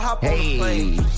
Hey